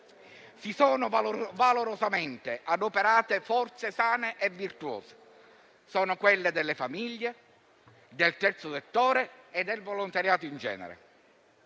si sono valorosamente adoperate forze sane e virtuose. Sono quelle delle famiglie, del terzo settore e del volontariato in genere.